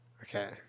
Okay